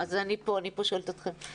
אני פה שואלת אתכם.